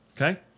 Okay